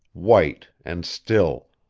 white and still,